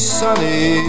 sunny